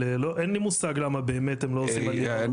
אין לי מושג למה הם לא עושים- -- אני